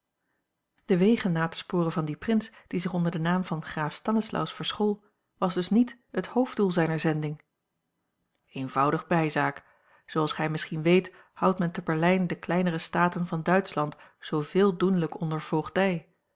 de wegen na te sporen van dien prins die zich ouder den naam van graaf stanislaus verschool was dus niet het hoofddoel zijner zending eenvoudig bijzaak zooals gij misschien weet houdt men te berlijn de kleinere staten van duitschland zooveel doenlijk onder voogdij